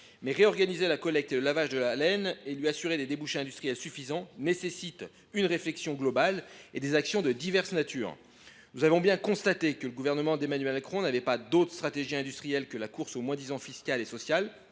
pour réorganiser la collecte et le lavage de la laine, et pour lui assurer des débouchés industriels suffisants, il faut une réflexion globale et des actions de nature diverse. Certes, nous avons constaté que le Gouvernement n’avait pas d’autre stratégie industrielle que la course au moins disant fiscal et social.